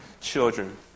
children